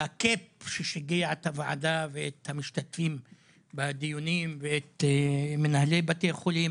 בקאפ ששיגע את הוועדה ואת המשתתפים בדיונים ואת מנהלי בתי החולים.